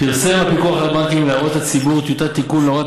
פרסם הפיקוח על הבנקים להערות הציבור טיוטת תיקון להוראת